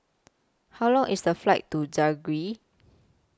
How Long IS The Flight to Zagreb